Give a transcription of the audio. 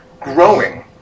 growing